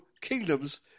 kingdoms